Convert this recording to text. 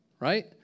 right